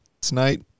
tonight